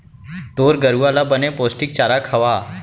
तोर गरूवा ल बने पोस्टिक चारा खवा